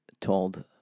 told